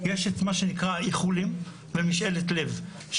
יש את מה שנקרא האיחולים ומשאלת לב,